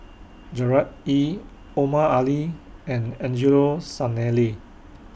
Gerard Ee Omar Ali and Angelo Sanelli